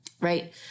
right